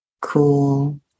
cool